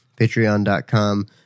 patreon.com